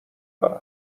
دارمی